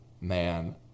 man